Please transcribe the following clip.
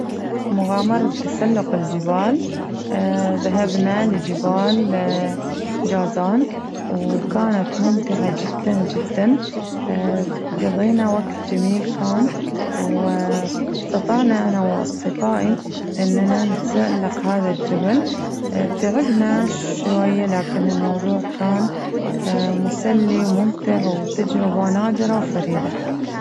مغامرة تسلق الجبال ذهبنا لجبال جازان وكانت ممتعة جداً جداً قضينا وقت جميل كان و استطعنا أنا وأصدقائي إننا نتسلق هذا الجبل تعبنا شوية لكن الموضوع كان مسلي وممتع وتجربة نادرة وفريدة.